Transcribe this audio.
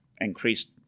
increased